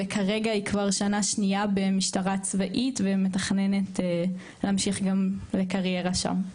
וכרגע היא כבר שנה שניה במשטרה צבאית ומתכננת להמשיך גם לקריירה שם.